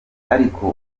ariko